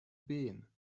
been